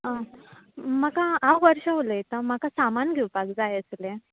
म्हाका हांव वर्शा उलयतां म्हाका सामान घेवपाक जाय आसलें